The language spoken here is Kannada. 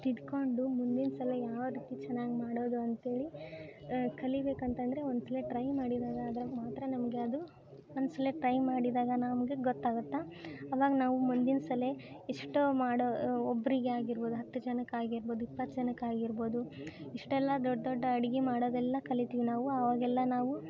ತಿದ್ದುಕೊಂಡು ಮುಂದಿನ ಸಲ ಯಾವ ರೀತಿ ಚೆನ್ನಾಗಿ ಮಾಡೋದು ಅಂತೇಳಿ ಕಲಿಬೇಕು ಅಂತಂದರೆ ಒಂದು ಸಲ ಟ್ರೈ ಮಾಡಿದಾಗ ಅದ್ರಾಗ ಮಾತ್ರ ನಮಗೆ ಅದು ಒಂದು ಸಲ ಟ್ರೈ ಮಾಡಿದಾಗ ನಮ್ಗೆ ಗೊತ್ತಾಗುತ್ತೆ ಅವಾಗ ನಾವು ಮುಂದಿನ ಸಲ ಎಷ್ಟೋ ಮಾಡೋ ಒಬ್ಬರಿಗೆ ಆಗಿರ್ಬೋದು ಹತ್ತು ಜನಕ್ಕೆ ಆಗಿರ್ಬೋದು ಇಪ್ಪತ್ತು ಜನಕ್ಕೆ ಆಗಿರ್ಬೋದು ಇಷ್ಟೆಲ್ಲ ದೊಡ್ಡ ದೊಡ್ಡ ಅಡ್ಗೆ ಮಾಡೋದೆಲ್ಲ ಕಲಿತೀವಿ ನಾವು ಅವಾಗೆಲ್ಲ ನಾವು